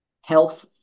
health